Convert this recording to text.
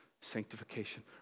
sanctification